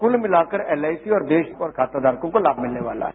cool मिलाकर LIC और देश को और खाताधारकों को लाम मिलने वाला है